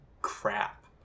crap